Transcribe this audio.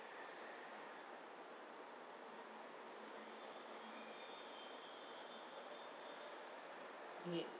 eight